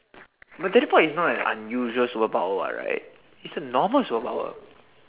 but teleport is not an unusual superpower right is a normal superpower